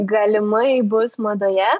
galimai bus madoje